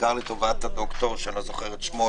ובעיקר לטובת הד"ר שאני לא זוכר את שמו,